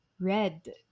Red